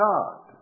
God